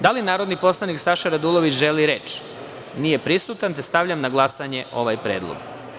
Da li narodni poslanik Saša Radulović želi reč? (Nije prisutan.) Stavljam na glasanje ovaj predlog.